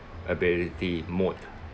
ability mode